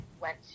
went